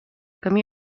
camí